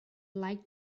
like